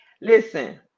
listen